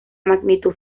magnitud